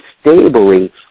stably